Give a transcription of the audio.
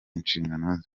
inshingano